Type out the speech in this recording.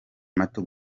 mato